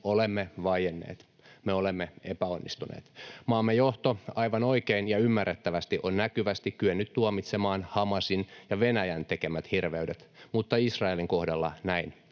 olemme vaienneet, me olemme epäonnistuneet. Maamme johto, aivan oikein ja ymmärrettävästi, on näkyvästi kyennyt tuomitsemaan Hamasin ja Venäjän tekemät hirveydet, mutta Israelin kohdalla näin